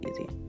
easy